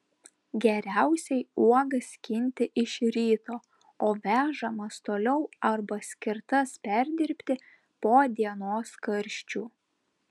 geriausiai uogas skinti iš ryto o vežamas toliau arba skirtas perdirbti po dienos karščių